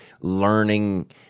learning